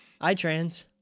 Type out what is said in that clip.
iTrans